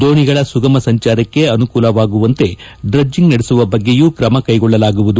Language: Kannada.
ದೋಣಿಗಳ ಸುಗಮ ಸಂಚಾರಕ್ಷೆ ಅನುಕೂಲವಾಗುವಂತೆ ಡ್ರಜ್ಜಂಗ್ ನಡೆಸುವ ಬಗ್ಗೆಯೂ ಕ್ರಮ ಕೈಗೊಳ್ಳಲಾಗುವುದು